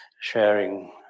sharing